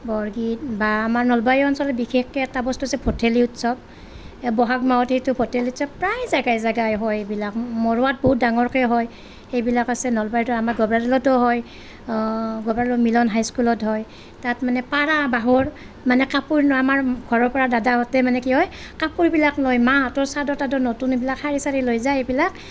বৰগীত বা আমাৰ নলবাৰী অঞ্চলত বিশেষকে এটা বস্তু আছে ভঠেলি উৎসৱ এই বহাগ মাহতে এইটো ভঠেলি উৎসৱ প্ৰায় জেগাই জেগাই হয় এইবিলাক মৰুৱাত বহুত ডাঙৰকে হয় এইবিলাক আছে নলবাৰীতো আমাৰ গবৰাতলতো হয় গবৰাতল মিলন হাইস্কুলত হয় তাত মানে পাৰা বাহৰ মানে কাপোৰ আমাৰ ঘৰৰ পৰা দাদাহঁতে মানে কি হয় কাপোৰবিলাক লৈ মাহঁতৰ চাদৰ তাদৰ নতুন এইবিলাক শাৰী চাৰী লৈ যায় এইবিলাক